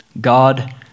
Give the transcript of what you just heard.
God